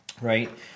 right